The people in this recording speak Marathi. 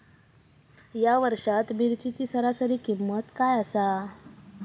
या वर्षात मिरचीची सरासरी किंमत काय आसा?